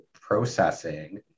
processing